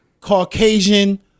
Caucasian